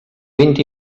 vint